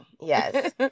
yes